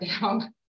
down